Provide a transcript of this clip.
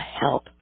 help